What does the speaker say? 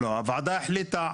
הוועדה החליטה,